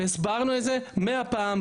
והסברנו את זה מאה פעם.